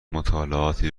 مطالعاتی